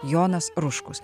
jonas ruškus